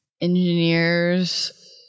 engineers